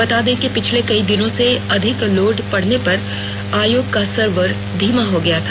बता दें कि पिछले कई दिनों से अधिक लोड पडने पर आयोग का सर्वर धीमा हो गया था